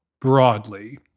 Broadly